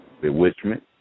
bewitchment